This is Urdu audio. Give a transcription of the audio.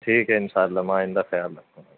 ٹھیک ہے اِنشاء اللہ میں آئندہ خیال رکھوں گا